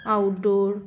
outdoor